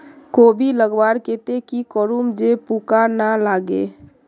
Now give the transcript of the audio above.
कोबी लगवार केते की करूम जे पूका ना लागे?